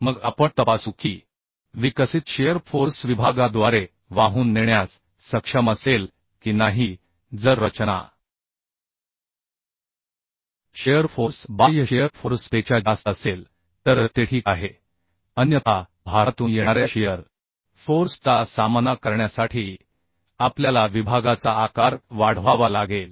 मग आपण तपासू की विकसित शिअर फोर्स विभागाद्वारे वाहून नेण्यास सक्षम असेल की नाही जर रचना शिअर फोर्स बाह्य शिअर फोर्स पेक्षा जास्त असेल तर ते ठीक आहे अन्यथा भारातून येणाऱ्याशियार फोर्स चा सामना करण्यासाठी आपल्याला विभागाचा आकार वाढवावा लागेल